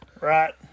Right